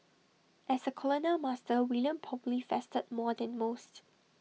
as A colonial master William probably feasted more than most